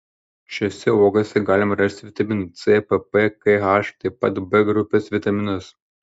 šiose uogose galima rasti vitaminų c pp k h taip pat b grupės vitaminus